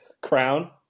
crown